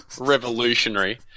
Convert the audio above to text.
revolutionary